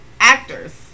actors